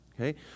okay